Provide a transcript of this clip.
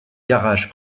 garage